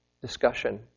discussion